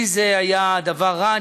לי זה היה דבר רע,